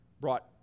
brought